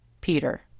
Peter